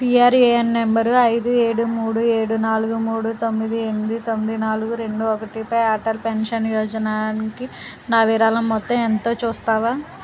PRAN number ఐదు ఏడు మూడు ఏడు నాలుగు మూడు తొమ్మిది ఎనిమిది తొమ్మిది నాలుగు రెండు ఒకటిపై అటల్ పెన్షన్ యోజనాకి నా విరాళం మొత్తం ఎంతో చూస్తావా